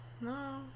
no